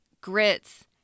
grits